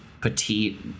petite